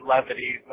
levity